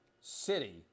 city